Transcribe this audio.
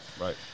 right